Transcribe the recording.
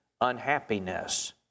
unhappiness